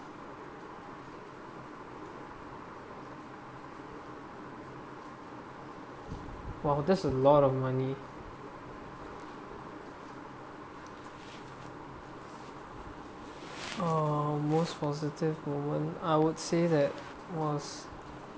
!wow! that's a lot of money ah most positive moment I would say that it was